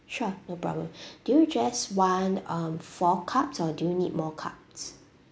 sure no problem do you just want um four cups or do need more cups